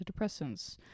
antidepressants